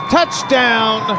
Touchdown